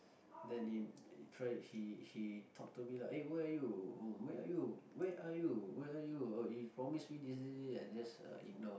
then he he tried he he talk to me lah eh where are you oh where are you where are you where are you oh he promise me this this this I just uh ignore ah